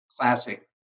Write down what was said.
classic